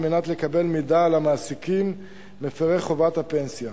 מנת לקבל מידע על המעסיקים מפירי חובת הפנסיה.